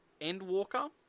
Endwalker